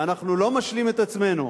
ואנחנו לא משלים את עצמנו,